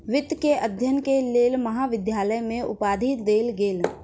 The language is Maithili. वित्त के अध्ययन के लेल महाविद्यालय में उपाधि देल गेल